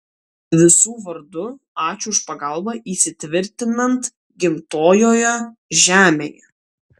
visų vardu ačiū už pagalbą įsitvirtinant gimtojoje žemėje